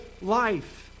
life